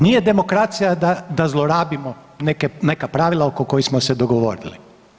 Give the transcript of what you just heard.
Nije demokracija da zlorabimo neka pravila oko kojih smo se dogovorili.